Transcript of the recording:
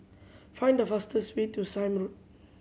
find the fastest way to Sime Road